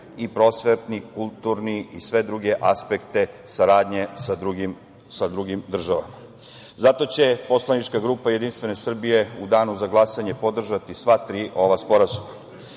prosvetni, kulturni i sve druge aspekte saradnje sa drugim državama. Zato će poslanička grupa Jedinstvene Srbije u Danu za glasanje podržati sva tri ova